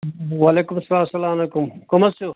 وعلیکُم سلام سَلام علیکُم کٔم حظ چھِو